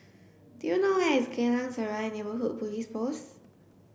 do you know where is Geylang Serai Neighbourhood Police Post